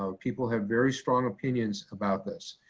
so people have very strong opinions about this.